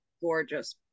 gorgeous